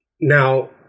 now